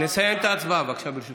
בבקשה, ברשותך.